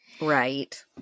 Right